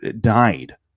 died